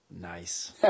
Nice